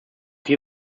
hier